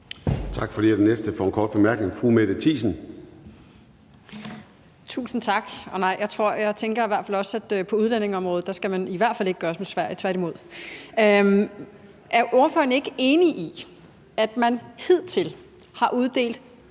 er fru Mette Thiesen. Kl. 10:23 Mette Thiesen (DF): Tusind tak. Jeg tænker også, at på udlændingeområdet skal man i hvert fald ikke gøre som Sverige, tværtimod. Er ordføreren ikke enig i, at man hidtil har uddelt